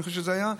אני חושב שזה היה,